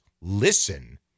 listen